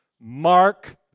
Mark